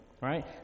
right